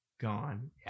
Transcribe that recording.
gone